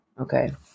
Okay